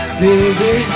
baby